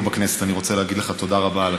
בכנסת אני רוצה להגיד לך תודה רבה על